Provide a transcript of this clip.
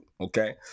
okay